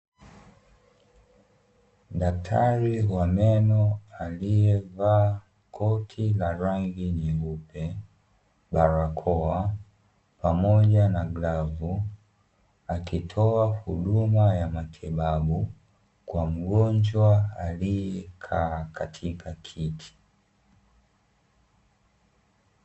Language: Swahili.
Daktari wa meno aliyevaa koti rangi la nyeupe barakoa pamoja na glavu akitoa huduma ya matibabu kwa mgonjwa aliye kaa katika kiti.